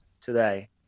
today